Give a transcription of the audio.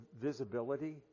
visibility